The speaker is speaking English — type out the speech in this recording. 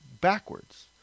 backwards